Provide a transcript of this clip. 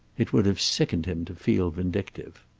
it would have sickened him to feel vindictive.